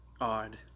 odd